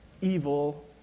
evil